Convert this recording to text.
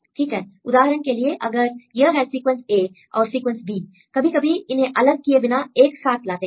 ठीक है उदाहरण के लिए अगर यह है सीक्वेंस a और सीक्वेंस b कभी कभी इन्हें अलग किए बिना एक साथ लेते हैं